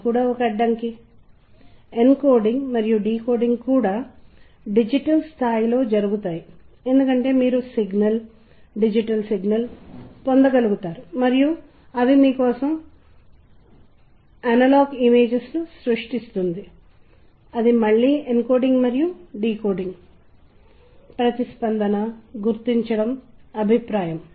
ఈ సమయంలో విచారం యొక్క మూలకం మీరు చాలా విలక్షణంగా ఉన్నారని మీరు కనుగొంటారు మరోవైపు మనం పాజ్ చేస్తాము మరియు మనం ముగింపు వైపు వెళ్తాము మరియు గమనికలు ఒకేలా ఉన్నప్పటికీ సంగీతం యొక్క అర్థం చాలా భిన్నంగా ఉందని మీరు కనుగొంటారు మరియు టెంపో వేగం కారణంగా ఇదే పద్ధతిలో ప్లే చేయబడుతున్నాయి